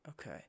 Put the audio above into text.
Okay